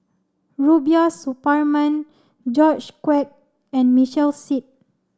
Rubiah Suparman George Quek and Michael Seet